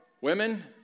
Women